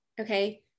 okay